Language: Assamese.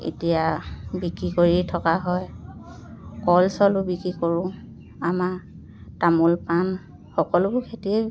এতিয়া বিক্ৰী কৰি থকা হয় কল চলো বিক্ৰী কৰোঁ আমাৰ তামোল পাণ সকলোবোৰ খেতিয়ে